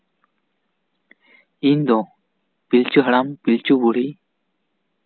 ᱤᱧ ᱫᱚ ᱯᱤᱞᱪᱩ ᱦᱟᱲᱟᱢ ᱯᱤᱞᱪᱩ ᱵᱩᱲᱦᱤ